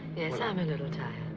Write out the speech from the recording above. i'm a little tired.